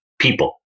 people